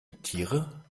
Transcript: tiere